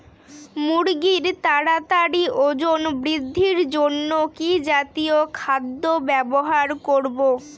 মুরগীর তাড়াতাড়ি ওজন বৃদ্ধির জন্য কি জাতীয় খাদ্য ব্যবহার করব?